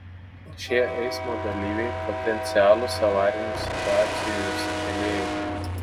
šie eismo dalyviai potencialūs avarinių situacijų sukėlėjai